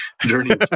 journey